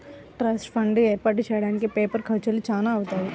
trust fund ఏర్పాటు చెయ్యడానికి paper ఖర్చులు చానా అవుతాయి